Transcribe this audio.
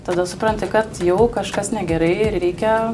tada supranti kad jau kažkas negerai ir reikia